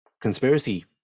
conspiracy